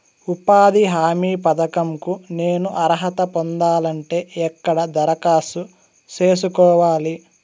ఉపాధి హామీ పథకం కు నేను అర్హత పొందాలంటే ఎక్కడ దరఖాస్తు సేసుకోవాలి?